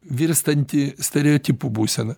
virstanti stereotipų būsena